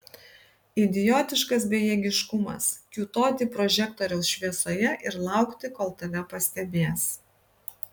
idiotiškas bejėgiškumas kiūtoti prožektoriaus šviesoje ir laukti kol tave pastebės